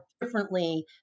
differently